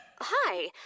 Hi